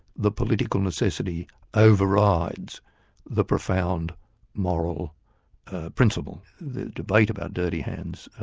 the political necessity over-rides the profound moral principle. the debate about dirty hands,